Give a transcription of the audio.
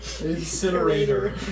incinerator